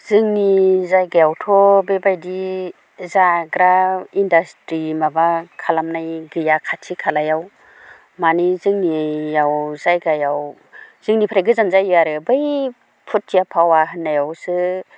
जोंनि जायगायावथ' बेबायदि जाग्रा इन्दास्ट्रि माबा खालामनाय गैया खाथि खालायाव माने जोंनियाव जायगायाव जोंनिफ्राय गोजान जायो आरो बै भुटियापावा होननायावसो